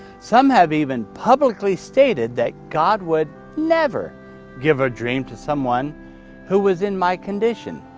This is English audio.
some have even publicly stated that god would never give a dream to someone who was in my condition.